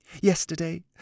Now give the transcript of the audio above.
Yesterday